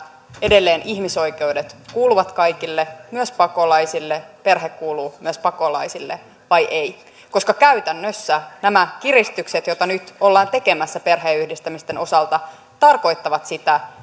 edelleen ihmisoikeudet kuuluvat kaikille myös pakolaisille perhe kuuluu myös pakolaisille vai ei koska käytännössä nämä kiristykset joita nyt ollaan tekemässä perheenyhdistämisten osalta tarkoittavat sitä